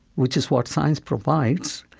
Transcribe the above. which is what science provides,